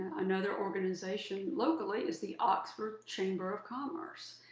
another organization locally is the oxford chamber of commerce.